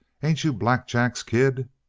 ain't you black jack's kid?